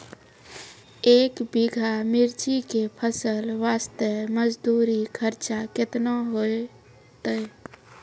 एक बीघा मिर्ची के फसल वास्ते मजदूरी खर्चा केतना होइते?